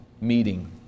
meeting